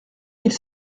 mille